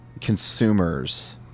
consumers